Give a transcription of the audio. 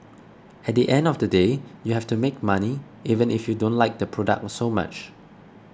at the end of the day you have to make money even if you don't like the product so much